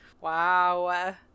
Wow